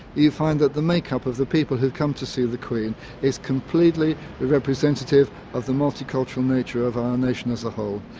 you find that the make-up of the people who come to see the queen is completely representative of the multicultural nature of our nation as a whole.